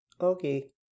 Okay